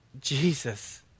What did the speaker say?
Jesus